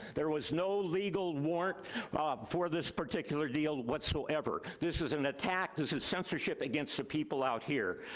there was no legal warrant ah for this particular deal whatsoever. this is an attack. this is censorship against the people out here.